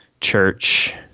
church